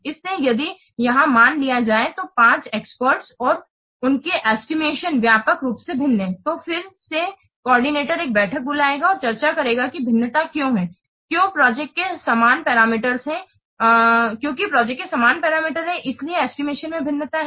इसलिए यदि यहां मान लिया जाए तो पांच एक्सपर्ट्स और उनके एस्टिमेशन व्यापक रूप से भिन्न हैं तो फिर से कोऑर्डिनेटर एक बैठक बुलाएगा और चर्चा करेगा कि भिन्नता क्यों है क्योंकि प्रोजेक्ट के समान पैरामीटर हैं इसलिए एस्टिमेशन में भिन्नता है